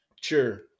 Sure